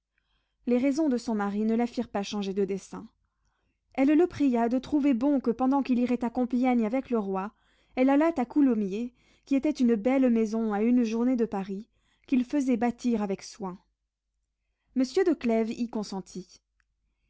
les raisons de son mari ne la firent pas changer de dessein elle le pria de trouver bon que pendant qu'il irait à compiègne avec le roi elle allât à coulommiers qui était une belle maison à une journée de paris qu'ils faisaient bâtir avec soin monsieur de clèves y consentit